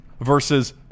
Versus